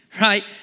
Right